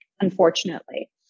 unfortunately